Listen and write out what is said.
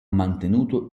mantenuto